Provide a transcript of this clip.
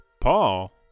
Paul